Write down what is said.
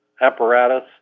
apparatus